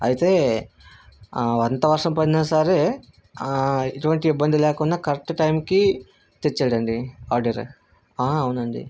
అయితే అంత వర్షం పడినా సరే ఎటువంటి ఇబ్బంది లేకున్నా కరెక్ట్ టైంకి తెచ్చాడండి ఆర్డర్ అవునండి